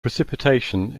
precipitation